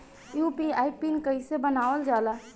UPI PIN कइसे बनावल जाला?